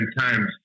times